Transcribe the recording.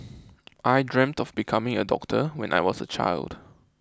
I dreamt of becoming a doctor when I was a child